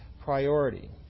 priority